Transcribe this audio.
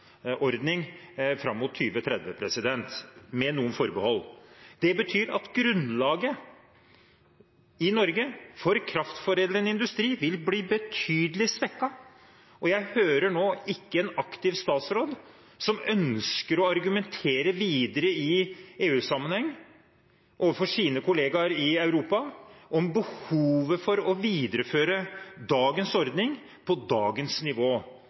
fram mot 2030 – med noen forbehold. Det betyr at grunnlaget for kraftforedlende industri i Norge vil bli betydelig svekket. Og jeg hører nå ikke en aktiv statsråd, som ønsker å argumentere videre i EU-sammenheng overfor sine kollegaer i Europa om behovet for å videreføre dagens ordning på dagens nivå.